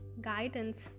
guidance